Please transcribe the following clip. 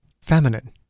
feminine